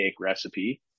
recipe